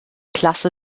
klasse